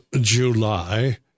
July